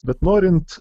bet norint